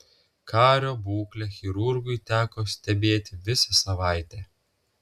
kario būklę chirurgui teko stebėti visą savaitę